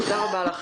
תודה רבה לך.